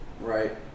right